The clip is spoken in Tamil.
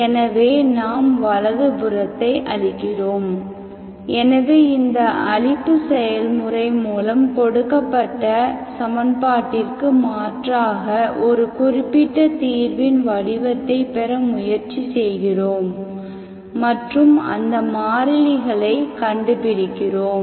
எனவே நாம் வலது புறத்தை அழிக்கிறோம் எனவே இந்த அழிப்பு செயல்முறை மூலம் கொடுக்கப்பட்ட சமன்பாட்டிற்கு மாற்றாக ஒரு குறிப்பிட்ட தீர்வின் வடிவத்தை பெற முயற்சி செய்கிறோம் மற்றும் அந்த மாறிலிகளை கண்டுபிடிக்கிறோம்